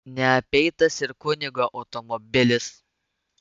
neapeitas ir kunigo automobilis